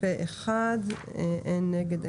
מי נגד?